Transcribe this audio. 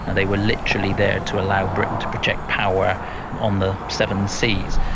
they were literally there to allow britain to project power on the seven seas.